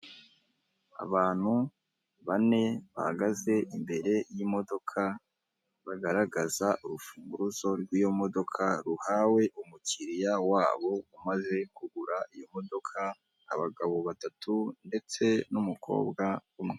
Kigali Kibagabaga hari inzu ikodeshwa ifite ibyumba bitanu. Ikodeshwa mu madolari magana abiri na mirongo ine, mu gihe kingana n'ukwezi kumwe konyine.